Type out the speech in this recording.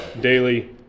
daily